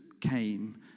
came